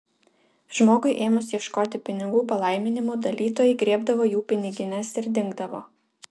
žmogui ėmus ieškoti pinigų palaiminimų dalytojai griebdavo jų pinigines ir dingdavo